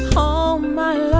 oh my.